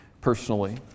personally